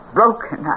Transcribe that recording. broken